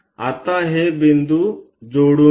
आता हे बिंदू जोडून घ्या